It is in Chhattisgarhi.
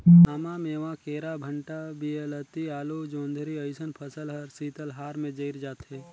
आमा, मेवां, केरा, भंटा, वियलती, आलु, जोढंरी अइसन फसल हर शीतलहार में जइर जाथे